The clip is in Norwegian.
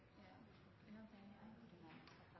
en